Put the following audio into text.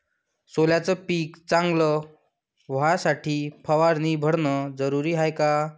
सोल्याचं पिक चांगलं व्हासाठी फवारणी भरनं जरुरी हाये का?